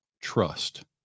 trust